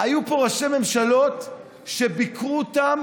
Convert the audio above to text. העולים שהגיעו מאז ראשית הקמתה של המדינה תרמו לכלכלתה,